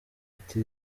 ati